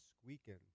squeaking